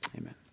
Amen